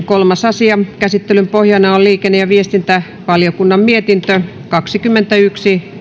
kolmas asia käsittelyn pohjana on on liikenne ja viestintävaliokunnan mietintö kaksikymmentäyksi